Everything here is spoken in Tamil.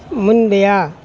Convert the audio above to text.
முந்தையா